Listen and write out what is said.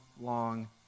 long